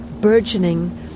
burgeoning